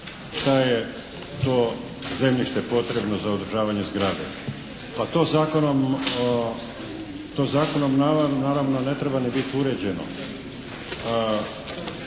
da je to zemljište potrebno za održavanje zgrade. Pa to zakonom naravno ne treba ni biti uređeno.